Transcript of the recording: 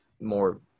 more